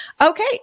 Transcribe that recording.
okay